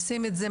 עושים את זה,